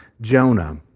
Jonah